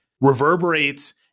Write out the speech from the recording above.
reverberates